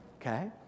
okay